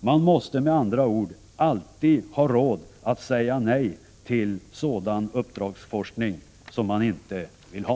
Man måste med andra ord alltid ha råd att säga nej till den uppdragsforskning man inte vill ha.